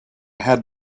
had